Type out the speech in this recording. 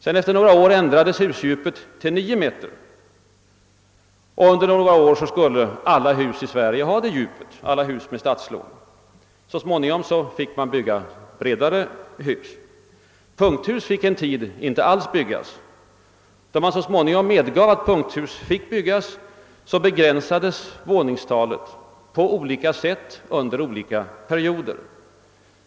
Efter några år ändrades husdjupet till nio meter, och under några år skulle alla hus med statslån ha det djupet; så småningom fick man emellertid bygga bredare hus. Punkthus fick en tid inte alls byggas. Då man så småningom medgav att de fick byggas begränsades våningsantalet på olika sätt under olika perioder.